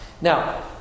Now